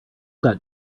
got